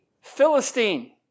Philistine